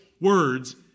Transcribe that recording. words